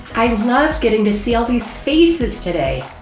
i loved getting to see all these faces today.